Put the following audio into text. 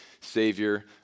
Savior